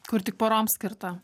kur tik porom skirta